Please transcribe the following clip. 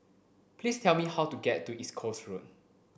please tell me how to get to East Coast Road